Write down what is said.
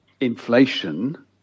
Inflation